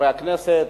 חברי הכנסת,